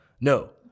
No